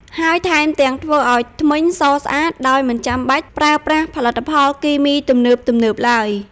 ហើយថែមទាំងធ្វើឲ្យធ្មេញសស្អាតដោយមិនចាំបាច់ប្រើប្រាស់ផលិតផលគីមីទំនើបៗឡើយ។